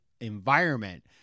environment